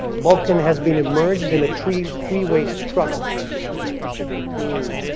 balkan has been emerged in a three three way struggle between